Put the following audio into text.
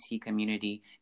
community